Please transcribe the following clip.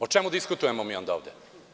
O čemu diskutujemo onda ovde?